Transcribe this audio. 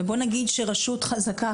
ובוא נגיד שרשות חזקה,